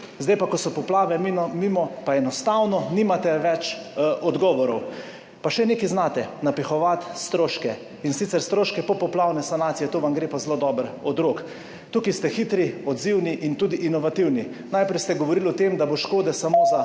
zdaj pa, ko so poplave mimo, pa enostavno nimate več odgovorov. Pa še nekaj znate – napihovati stroške, in sicer stroške popoplavne sanacije. To vam gre pa zelo dobro od rok. Tukaj ste hitri, odzivni in tudi inovativni. Najprej ste govorili o tem, da bo škode samo za